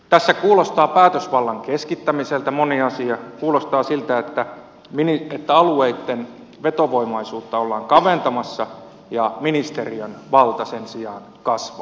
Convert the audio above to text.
tässä kuulostaa päätösvallan keskittämiseltä moni asia kuulostaa siltä että alueitten vetovoimaisuutta ollaan kaventamassa ja ministeriön valta sen sijaan kasvaa